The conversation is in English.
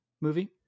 movie